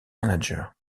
manager